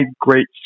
great